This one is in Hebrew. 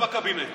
בקבינט.